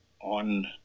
on